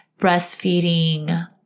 breastfeeding